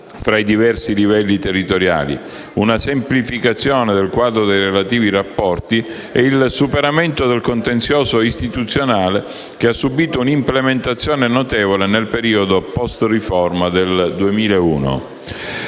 fra i diversi livelli territoriali, una semplificazione del quadro dei relativi rapporti ed il superamento del contenzioso istituzionale che ha subito un'implementazione notevole nel periodo postriforma del 2001.